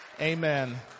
Amen